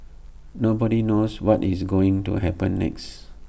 nobody knows what is going to happen next